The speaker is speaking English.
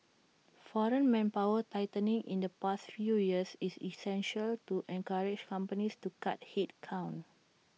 foreign manpower tightening in the past few years is essentially to encourage companies to cut headcount